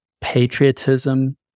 patriotism